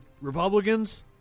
Republicans